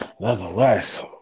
Nevertheless